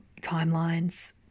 timelines